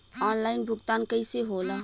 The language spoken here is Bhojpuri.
ऑनलाइन भुगतान कईसे होला?